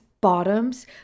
bottoms